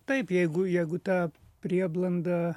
taip jeigu jeigu tą prieblandą